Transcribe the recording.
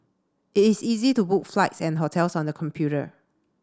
it is easy to book flights and hotels on the computer